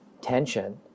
tension